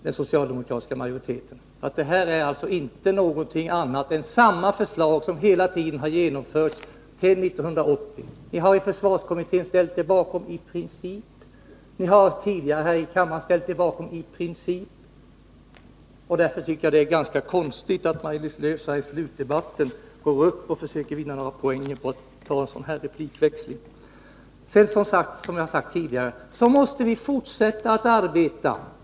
Det är alltså inte fråga om någonting annat än samma linje som följts hela tiden till 1980. Ni har i försvarkommittén i princip ställt er bakom detta. Också här i kammaren har ni i princip ställt er bakom förslaget. Därför tycker jag att det är ganska konstigt att Maj-Lis Lööw så här i slutet av debatten går upp och försöker vinna några poäng i en replikväxling. Som jag har sagt tidigare måste vi fortsätta att arbeta.